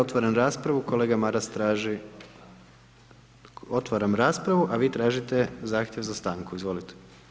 Otvaram raspravu, kolega Maras traži, otvaram raspravu, a vi tražite zahtjev za stanku, izvolite.